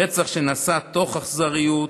רצח שנעשה תוך אכזריות,